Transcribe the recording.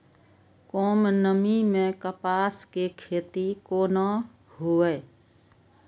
कम नमी मैं कपास के खेती कोना हुऐ?